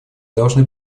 должны